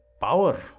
power